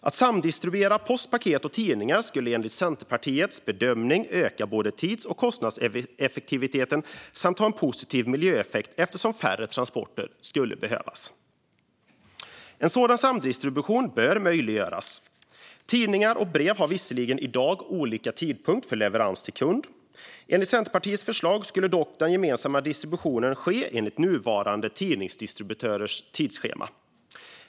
Att samdistribuera post, paket och tidningar skulle enligt Centerpartiets bedömning öka både tidseffektiviteten och kostnadseffektiviteten samt ha en positiv miljöeffekt eftersom färre transporter skulle behövas. En sådan samdistribution bör möjliggöras. Tidningar och brev har visserligen i dag olika tidpunkter för leverans till kund. Enligt Centerpartiets förslag skulle dock den gemensamma distributionen ske enligt nuvarande tidningsdistributörers tidsschema.